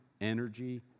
energy